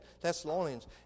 Thessalonians